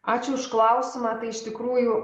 ačiū už klausimą tai iš tikrųjų